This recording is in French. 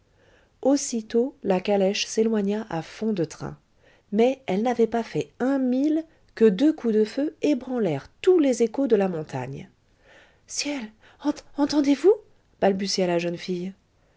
aussitôt la calèche s'éloigna à fond de train mais elle n'avait pas fait un mille que deux coups de feu ébranlèrent tous les échos de la montagne ciel entendez-vous balbutia la jeune fille